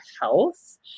health